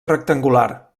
rectangular